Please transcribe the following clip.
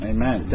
Amen